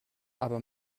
aber